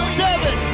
seven